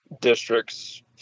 districts